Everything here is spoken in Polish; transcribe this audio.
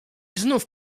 znów